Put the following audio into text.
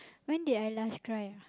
when did I last cry